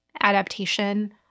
adaptation